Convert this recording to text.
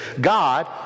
God